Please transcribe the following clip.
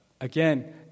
again